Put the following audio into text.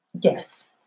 Yes